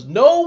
no